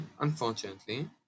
unfortunately